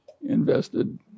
invested